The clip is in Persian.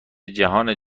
جهان